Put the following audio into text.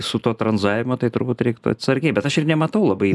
su tuo tranzavimu tai turbūt reiktų atsargiai bet aš ir nematau labai